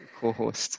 co-host